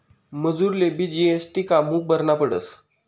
मजुरलेबी जी.एस.टी कामु भरना पडस?